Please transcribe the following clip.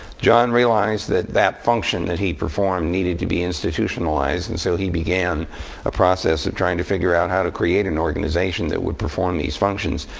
jon realised that that function that he performed needed to be institutionalized. and so he began a process of trying to figure out how to create an organization that would perform these functions.